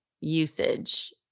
usage